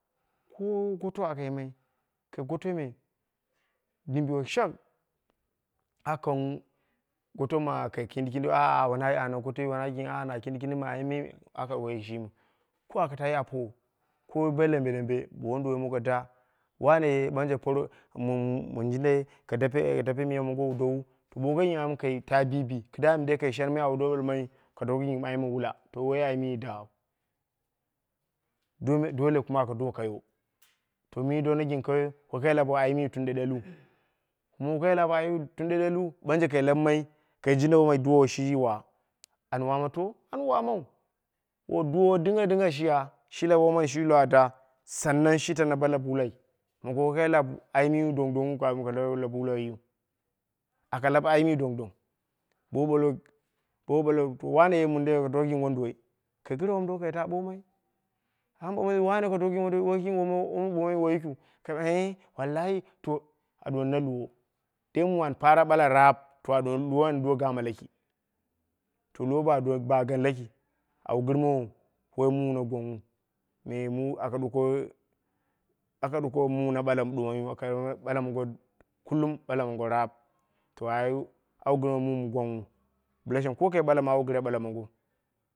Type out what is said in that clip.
Ko goto aka yimai, aka gotoi me dim biwo shak aka kang goto mɨ aka kindi kindiu ah ana gotoi woi na gɨn ah na kindi, kindi ma ayim ah akaye gotoi shimiu, ko aka taa yi apowo, ko bo lambe lambe bo wonduwoi mongo da, wane por mɨ mɨ jindai ka dape ka dape miya mongo bɨlau dowu bo wokai gɨn ayimu kai kaye bibi kɨdda mindei ka shenmai ɗwu do ɓalmai ka doko gɨn ayim ma wula, to woi ayimi dau, dole kuma aka do kayo, to mi dona gɨn kayoi to wokaci laɓa ayimi tun ɗeɗelu mum woi kai lawa ayimu tun ɗeɗelu mum woi kai lawa ayimu tun ɗeɗelu ɓanje kai labmai kai jindai woma duwa shi yiwa, an waama to, an waamau to duwowo dinga dinga shi ya shi lawa womani shi iwa da sannan shi taana bo lab wulai mongo wokai lab ayimi dong dongnghu kapin ka takobo lab wulaiyu, aka lab ayimi dong dong, bowu ɓalwo, bowu ɓalwo wane ye min lau ka do gɨn wonduwoi, kai gɨre wonduwoi mongo kai taa ɓoomai amma bowu ɓale wane ka do gɨn wonduwoi bo woi ki womu wun ɓoowai, woi yikiu kai eh wallahi a ɗuwoni na luwo dai mum an ɓala raap a ɗuwoni luwa an do gama laki. To luwo ba gani laki au gɨrmowo woi mum na gwangnghu, me mu aka ɗuko aka ɗuko mum na ɓala ɗmoi yu aka ye ɓala mongo kullum ɓala kongo raap to ai dwu gɨrmowo mun gwangnghu, mondin shjang ko kai ɓala ma awu gɨre ɓala mongou.